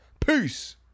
Peace